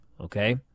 okay